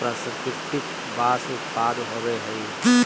प्रसंस्कृत बांस उत्पाद होबो हइ